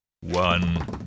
one